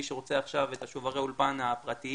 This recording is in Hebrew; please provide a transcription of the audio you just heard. מי שרוצה עכשיו את שוברי האולפן הפרטיים,